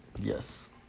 Yes